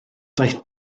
daeth